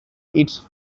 its